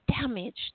damaged